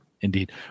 indeed